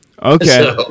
Okay